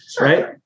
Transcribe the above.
right